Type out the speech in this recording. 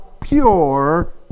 pure